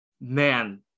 man